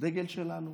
הדגל שלנו,